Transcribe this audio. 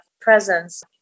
presence